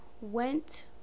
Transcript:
went